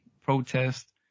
Protest